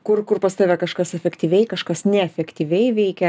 kur kur pas tave kažkas efektyviai kažkas neefektyviai veikia